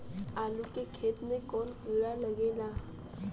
आलू के खेत मे कौन किड़ा लागे ला?